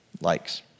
likes